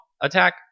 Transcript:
attack